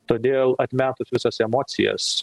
todėl atmetus visas emocijas